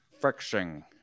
Friction